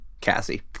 Cassie